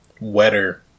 wetter